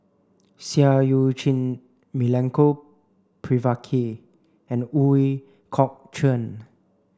Seah Eu Chin Milenko Prvacki and Ooi Kok Chuen